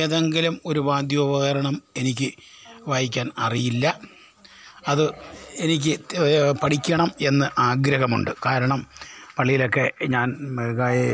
ഏതെങ്കിലും ഒരു വാദ്യോപകരണം എനിക്ക് വായിക്കാൻ അറിയില്ല അത് എനിക്ക് പഠിക്കണം എന്ന് ആഗ്രഹമുണ്ട് കാരണം പള്ളിയിലൊക്കെ ഞാൻ